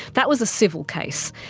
that was a civil case,